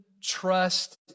trust